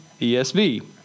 ESV